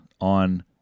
on